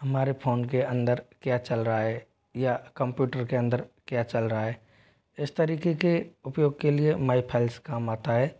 हमारे फोन के अंदर क्या चल रहा है या कम्प्यूटर के अंदर क्या चल रहा है इस तरीक़े के उपयोग के लिए माय फाइल्स काम आता है